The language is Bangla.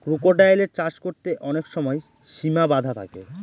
ক্রোকোডাইলের চাষ করতে অনেক সময় সিমা বাধা থাকে